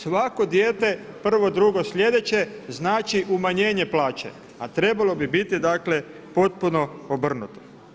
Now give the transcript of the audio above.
Svako dijete, prvo, drugo, sljedeće znači umanjenje plaće, a trebalo bi biti potpuno obrnuto.